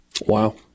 Wow